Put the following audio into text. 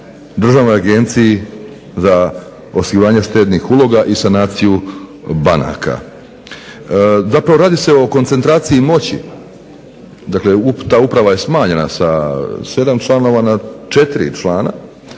Državnoj agenciji za osiguranje štednih uloga i sanaciju banaka. Zapravo radi se o koncentraciji moći dakle ta uprava je smanjena sa 7 članova na 4 člana